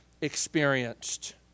experienced